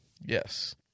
Yes